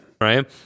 right